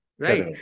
Right